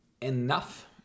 enough